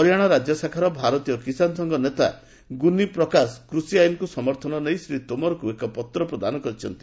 ହରିୟାଣା ରାଜ୍ୟ ଶାଖାର ଭାରତୀୟ କିଷାନ୍ ସଂଘ ନେତା ଗୁନି ପ୍ରକାଶ କୂଷି ଆଇନକୁ ସମର୍ଥନ ନେଇ ଶ୍ରୀ ତୋମାରଙ୍କୁ ଏକ ପତ୍ର ପ୍ରଦାନ କରିଛନ୍ତି